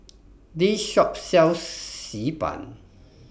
This Shop sells Xi Ban